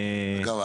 אגב,